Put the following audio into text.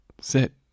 sit